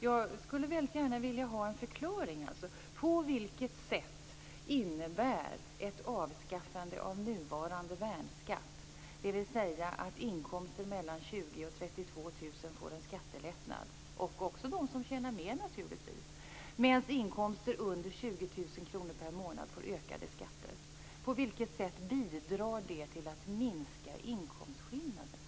Jag skulle väldigt gärna vilja få en förklaring till på vilket sätt ett avskaffande av nuvarande värnskatt - vilket leder till att de som har inkomster mellan 20 000 kr och 32 000 kr per månad liksom naturligtvis också de som tjänar mer får en skattelättnad, medan de som har inkomster under 20 000 kr per månad får ökade skatter - bidrar till att minska inkomstskillnaderna.